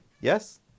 Yes